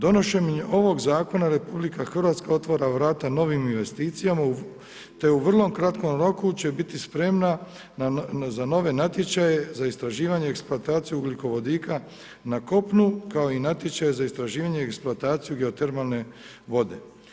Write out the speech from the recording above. Donošenjem ovog zakona RH otvara vrata novim investicijama te u vrlo kratkom roku će biti spremna za nove natječaje, za istraživanje eksploataciju ugljikovodika na kopnu, kao i natječaja za istraživanje eksploataciju geotermalne vode.